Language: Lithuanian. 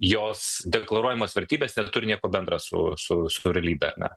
jos deklaruojamos vertybės neturi nieko bendra su su su realybe ar ne